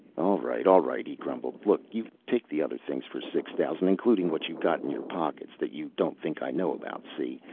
all right, all right, he grumbled. look, you take the other things for six thousand including what you got in your pockets that you don't think i know about, see?